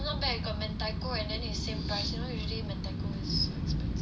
not bad got mentaiko and then is same price you know usually mentaiko is expensive